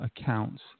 accounts